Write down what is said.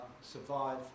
survive